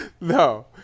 No